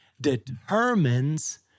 determines